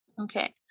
Okay